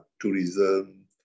tourism